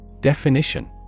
Definition